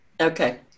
Okay